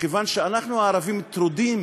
מכיוון שאנחנו הערבים טרודים